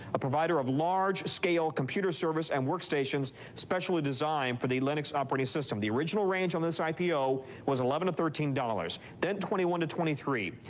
a provider of large scale computer servers and workstations, specially designed for the linux operating system. the original range on this ipo was eleven to thirteen dollars, then twenty one to twenty three,